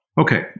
Okay